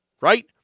right